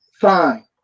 fine